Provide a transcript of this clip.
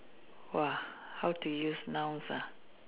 !wah! how to use nouns ah